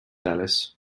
alice